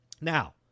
Now